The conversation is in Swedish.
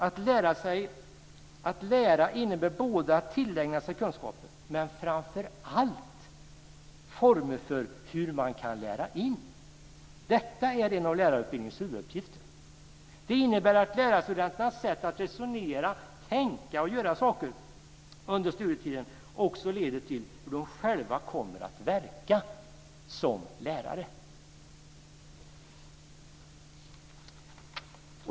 Att lära sig att lära innebär att tillägna sig kunskaper - men framför allt former för hur man kan lära ut. Detta är en av lärarutbildningens huvuduppgifter. Det innebär att lärarstudenternas sätt att resonera, tänka och göra saker under studietiden också leder till hur de själva kommer att verka som lärare.